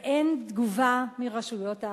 ואין תגובה מרשויות האכיפה.